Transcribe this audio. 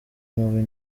mubi